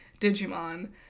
Digimon